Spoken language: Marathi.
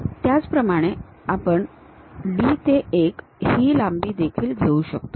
त्याचप्रमाणे आपण D ते 1 हे लांबी देखील घेऊ शकतो